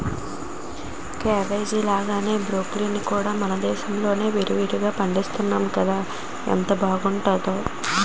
cauliflower లాగానే broccoli కూడా మనదేశంలో విరివిరిగా పండిస్తున్నాము కదా ఎంత బావుంటుందో